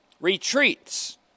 retreats